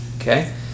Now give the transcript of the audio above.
Okay